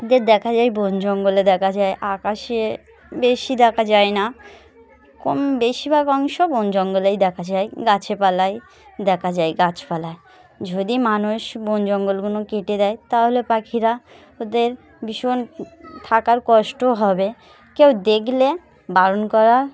ওদের দেখা যায় বন জঙ্গলে দেখা যায় আকাশে বেশি দেখা যায় না কম বেশিরভাগ অংশ বন জঙ্গলেই দেখা যায় গাছেপালাই দেখা যায় গাছপালায় যদি মানুষ বন জঙ্গলগুলো কেটে দেয় তাহলে পাখিরা ওদের ভীষণ থাকার কষ্ট হবে কেউ দেখলে বারণ করা